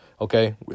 okay